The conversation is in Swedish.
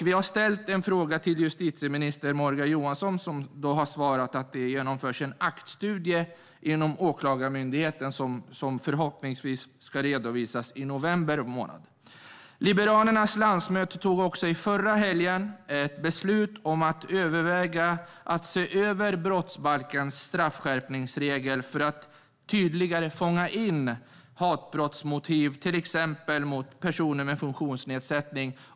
Vi har ställt en fråga till justitieminister Morgan Johansson, som svarade att det genomförs en aktstudie genom Åklagarmyndigheten, som förhoppningsvis ska redovisas i november månad. Vid landsmötet förra helgen beslutade Liberalerna att överväga att se över brottsbalkens straffskärpningsregel för att tydligare fånga in hatbrottsmotiv, till exempel när det gäller personer med funktionsnedsättning.